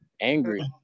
angry